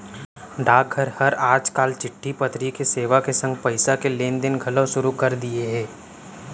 डाकघर हर आज काल चिट्टी पतरी के सेवा के संग पइसा के लेन देन घलौ सुरू कर दिये हे